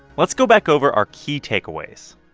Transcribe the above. let's go back over our key takeaways.